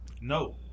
No